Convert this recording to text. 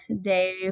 day